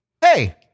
Hey